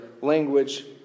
language